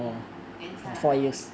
mm then 跳的好一点